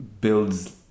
builds